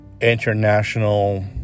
international